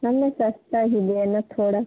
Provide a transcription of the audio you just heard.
हमें सस्ता ही लेना थोड़ा